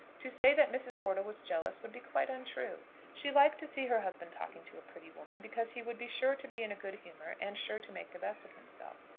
to say that mrs. wortle was jealous would be quite untrue. she liked to see her husband talking to a pretty woman, because he would be sure to be in a good humour and sure to make the best of himself.